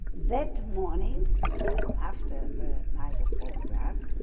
that morning after the night of broken glass,